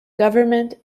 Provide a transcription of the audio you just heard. government